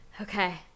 Okay